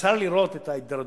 וצר לי לראות את ההידרדרות